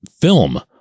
film